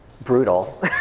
brutal